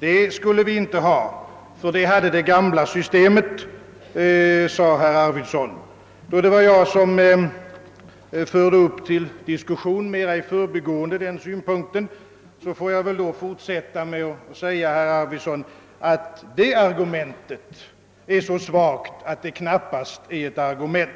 eftersom det var vad vi hade i det gamla systemet. Det var jag som mera i förbigående tog upp denna synpunkt, och jag får väl därför fortsätta med att säga till herr Arvidson, att detta argument är så svagt, att det knappast är något argument.